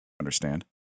Understand